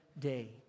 day